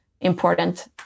important